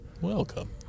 Welcome